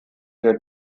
der